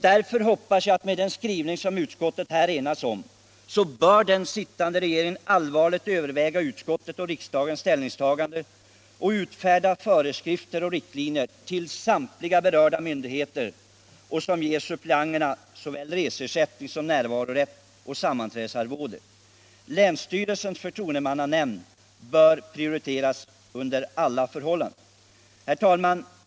Därför hoppas jag att den sittande regeringen allvarligt skall överväga den skrivning som utskottet enats om och riksdagens ställningstagande samt för samtliga berörda myndigheter utfärdar föreskrifter och riktlinjer, varigenom suppleanterna ges såväl reseersättning som närvarorätt och sammanträdesarvode. Länsstyrelsernas förtroendemannastyrelser bör under alla förhållanden prioriteras. Herr talman!